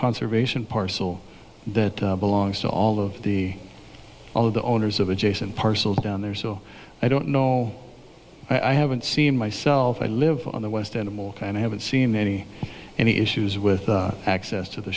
conservation parcel that belongs to all of the all of the owners of adjacent parcels down there so i don't know i haven't seen myself i live on the west animal and i haven't seen many any issues with access to the